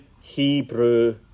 Hebrew